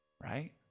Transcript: right